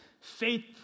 faith